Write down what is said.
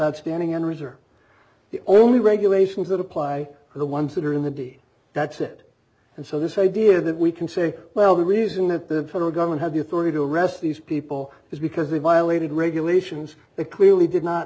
reserve the only regulations that apply to the ones that are in the d that's it and so this idea that we can say well the reason that the federal government has the authority to arrest these people is because they violated regulations that clearly did not